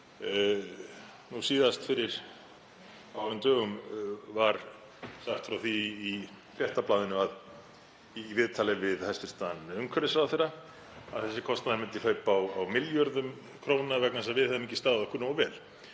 Nú síðast fyrir fáum dögum var sagt frá því í Fréttablaðinu, í viðtali við hæstv. umhverfisráðherra, að þessi kostnaður myndi hlaupa á milljörðum króna vegna þess að við höfum ekki staðið okkur nógu vel.